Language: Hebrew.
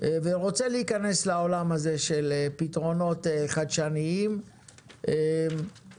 ורוצה להיכנס לעולם הזה של פתרונות חדשניים ואנחנו